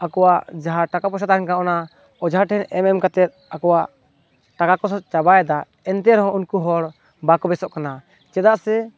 ᱟᱠᱚᱣᱟᱜ ᱡᱟᱦᱟᱸ ᱴᱟᱠᱟ ᱯᱚᱭᱥᱟ ᱛᱟᱦᱮᱱ ᱠᱟᱱ ᱚᱱᱟ ᱚᱡᱷᱟ ᱴᱷᱮᱱ ᱮᱢ ᱮᱢ ᱠᱟᱛᱮᱫ ᱟᱠᱚᱣᱟᱜ ᱴᱟᱠᱟ ᱠᱚ ᱥᱚ ᱪᱟᱵᱟᱭᱫᱟ ᱮᱱᱛᱮ ᱨᱮᱦᱚᱸ ᱩᱱᱠᱩ ᱦᱚᱲ ᱵᱟᱠᱚ ᱵᱮᱥᱳᱜ ᱠᱟᱱᱟ ᱪᱮᱫᱟᱜ ᱥᱮ